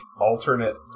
alternate